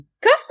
Cuff